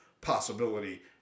possibility